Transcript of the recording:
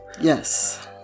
yes